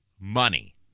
money